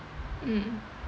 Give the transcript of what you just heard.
mm